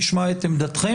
נשמע את עמדתכם.